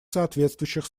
соответствующих